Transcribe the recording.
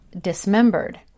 dismembered